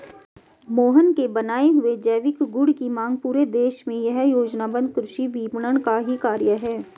मोहन के बनाए हुए जैविक गुड की मांग पूरे देश में यह योजनाबद्ध कृषि विपणन का ही कार्य है